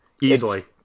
Easily